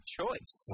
choice